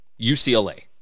UCLA